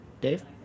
Dave